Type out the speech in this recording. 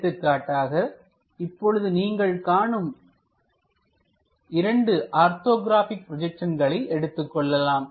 எடுத்துக்காட்டாக இப்பொழுது நீங்கள் காணும் 2 ஆர்த்தோகிராபிக் ப்ரோஜெக்சன்களை எடுத்துக்கொள்ளலாம்